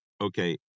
okay